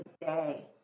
today